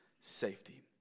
safety